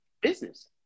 business